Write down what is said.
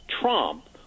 Trump